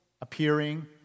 appearing